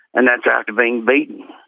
and that's after being beaten,